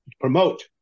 promote